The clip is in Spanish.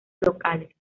locales